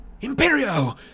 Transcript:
Imperio